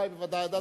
בוודאי.